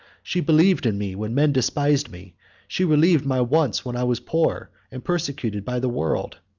she believed in me when men despised me she relieved my wants, when i was poor and persecuted by the world.